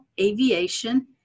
aviation